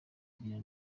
agira